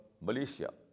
Malaysia